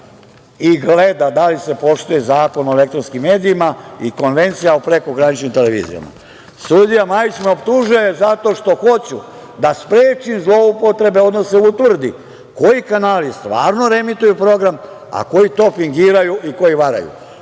i gleda da li se poštuje Zakon o elektronskim medijima i Konvencija o prekograničnim televizijama. Sudija Majić me optužuje zato što hoću da sprečim zloupotrebe, odnosno da se utvrdi koji kanali stvarno reemituju program, a koji to fingiraju i koji varaju.